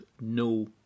no